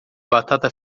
batata